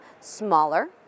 smaller